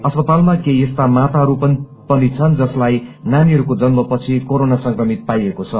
अस्पतालमा केही यस्ता माताहरू पनि छन् जसलाई नानीहरूको जन्म पछि कोरोना संक्रमित पाइएको छ